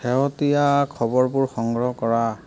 শেহতীয়া খবৰবোৰ সংগ্ৰহ কৰা